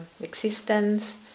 existence